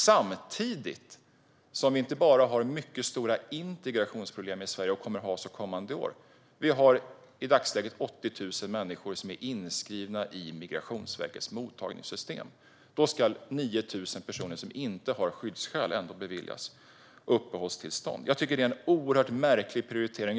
Vi har mycket stora integrationsproblem i Sverige och kommer att ha så kommande år. Vi har dessutom i dagsläget 80 000 människor som är inskrivna i Migrationsverkets mottagningssystem. Då ska 9 000 personer som inte har skyddsskäl ändå beviljas uppehållstillstånd. Jag tycker att det är en oerhört märklig prioritering.